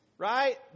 Right